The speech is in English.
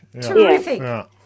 Terrific